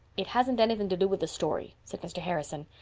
it hasn't anything to do with the story, said mr. harrison,